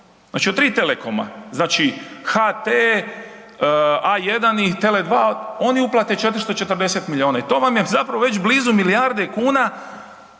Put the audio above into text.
znači od 3 Telekoma, znači HT, A1 i TELE2 oni uplate 440 miliona i to vam je zapravo već blizu milijarde kuna